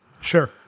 Sure